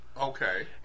Okay